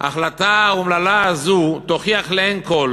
ההחלטה האומללה הזו תוכיח לעין כול